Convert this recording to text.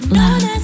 love